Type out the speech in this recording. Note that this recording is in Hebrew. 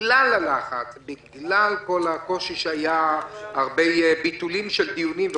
בגלל הלחץ ובגלל כל הקושי שהיו הרבה ביטולים של דיונים,